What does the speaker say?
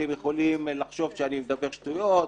אתם יכולים לחשוב שאני מדבר שטויות.